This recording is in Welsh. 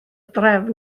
drefn